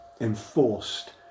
enforced